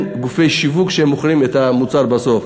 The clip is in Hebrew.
גופי שיווק שמוכרים את המוצר בסוף.